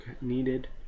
needed